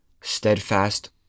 steadfast